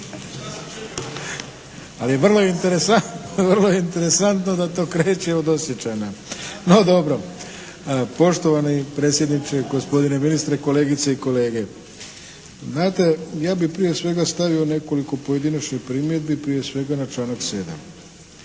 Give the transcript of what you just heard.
vrijedi da ste to napokon rekli. Poštovani predsjedniče, gospodine ministre, kolegice i kolege. Znate ja bih prije svega stavio nekoliko pojedinačnih primjedbi, prije svega na članak 7.